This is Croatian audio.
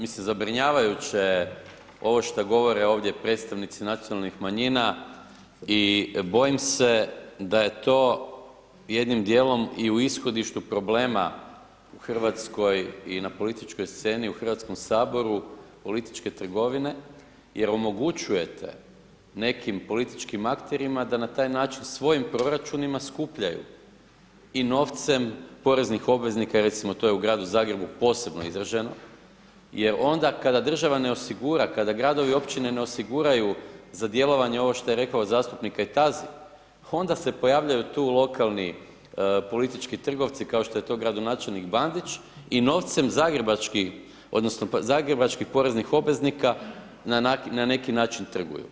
Mislim zabrinjavajuće je ovo šta govore ovdje predstavnici nacionalnih manjina i bojim se da je to jednim dijelom i u ishodištu problema u Hrvatskoj, i na političkoj sceni u Hrvatskom saboru političke trgovine, jer omogućujete nekim političkim akterima da na taj način svojim proračunima, skupljaju i novcem poreznih obveznika, recimo to je u gradu Zagrebu posebno izraženo, jer onda kada država ne osigura, kada gradovi i općine ne osiguraju za djelovanje, ovo što je rekao zastupnik Kajtazi, onda će pojavljuju tu lokalni politički trgovci, kao što je to gradonačelnik Bandić, i novcem zagrebačkih, odnosno zagrebačkih poreznih obveznika, na neki način trguju.